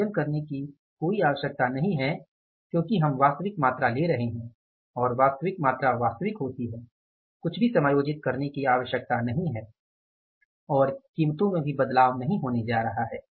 समायोजन करने की कोई आवश्यकता नहीं है क्योंकि हम वास्तविक मात्रा ले रहे हैं और वास्तविक मात्रा वास्तविक होती है कुछ भी समायोजित करने की आवश्यकता नहीं है और कीमतों में भी बदलाव नहीं होने जा रहा है